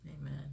amen